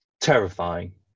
terrifying